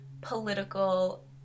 political